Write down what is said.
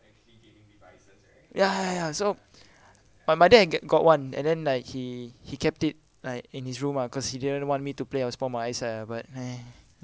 ya ya ya so my my dad you get got one and then like he he kept it like in his room ah cause he didn't want me to play or spoil my eyesight but eh